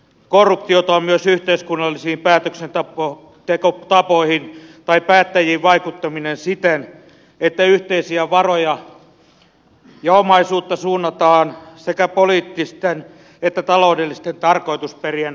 korruptiota on myös yhteiskunnallisiin päätöksentekotapoihin tai päättäjiin vaikuttaminen siten että yhteisiä varoja ja omaisuutta suunnataan sekä poliittisten että taloudellisten tarkoitusperien ajamiseen